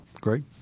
Great